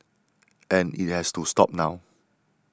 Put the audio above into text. and it has to stop now